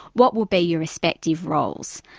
what would be your respective roles?